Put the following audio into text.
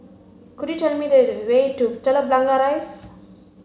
could you tell me the the way to Telok Blangah Rise